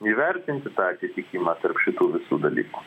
įvertinti tą atitikimą tarp šitų visų dalykų